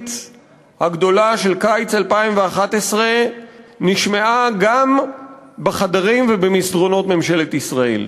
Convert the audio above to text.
החברתית הגדולה של קיץ 2011 נשמעה גם בחדרים ובמסדרונות של ממשלת ישראל.